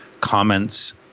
comments